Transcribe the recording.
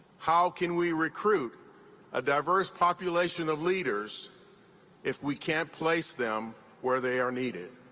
how can we recruit a diverse population of leaders if we can't place them where they are needed?